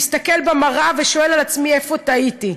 מסתכל במראה ושואל את עצמי איפה טעיתי.